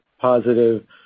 positive